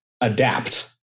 adapt